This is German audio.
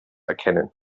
erkennen